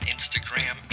Instagram